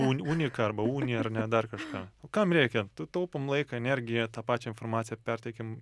un uniką arba unį ar ne dar kažką kam reikia t taupom laiką energiją tą pačią informaciją perteikim